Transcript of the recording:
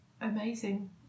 amazing